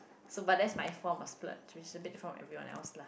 so but that's my form of splurge which is a bit different from everyone else